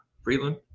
Freeland